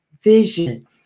vision